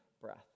breath